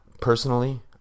personally